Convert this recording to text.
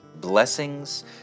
Blessings